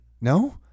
No